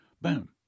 Boom